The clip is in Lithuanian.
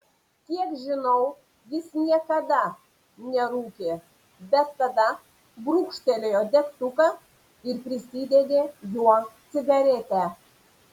kiek žinau jis niekada nerūkė bet tada brūkštelėjo degtuką ir prisidegė juo cigaretę